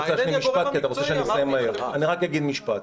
-- -הגורם המקצועי --- אני רק אגיד משפט: